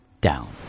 down